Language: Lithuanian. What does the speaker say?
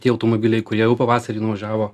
tie automobiliai kurie jau pavasarį nuvažiavo